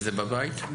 וזה בבית?